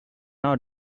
out